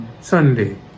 Sunday